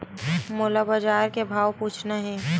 मोला बजार के भाव पूछना हे?